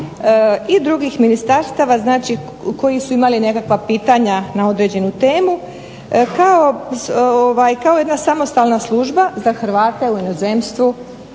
i drugih ministarstava koji su imali nekakva pitanja na određenu temu kao jedna samostalna služba za Hrvate u inozemstvu.